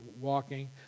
walking